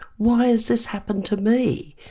why has this happened to me'.